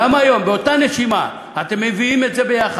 באותה נשימה, אתם מביאים את זה יחד.